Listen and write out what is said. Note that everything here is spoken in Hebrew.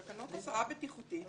תקנות הסעה בטיחותית